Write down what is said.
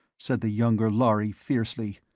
said the younger lhari fiercely.